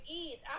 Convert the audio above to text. eat